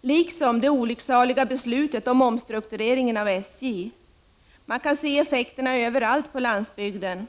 Det gäller också det olycksaliga beslutet om omstruktureringen av SJ. Man kan se effekterna av den förda politiken överallt på landsbygden.